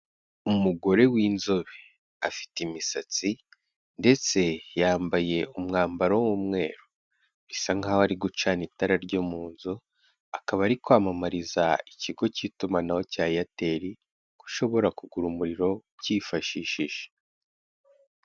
Umugore w'inzobe afite imisatsi ndetse yambaye umwambaro w'umweru, bisa nkaho ari gucana itara ryo mu nzu, akaba ari kwamamariza ikigo cy'itumanaho cya Aitel, ko ushobora kugura umuriro ukifashishije.